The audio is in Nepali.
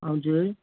हजुर